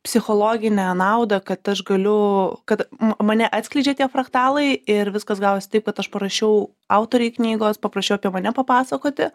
psichologinę naudą kad aš galiu kad m mane atskleidžia tie fraktalai ir viskas gavosi taip kad aš parašiau autorei knygos paprašiau apie mane papasakoti